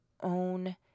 own